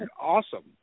awesome